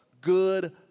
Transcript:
good